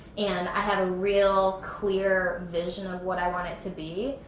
and i have a real clear vision of what i want it to be,